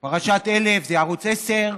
פרשת 1000 זה ערוץ 10,